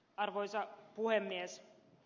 arvoisa puhemies